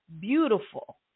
beautiful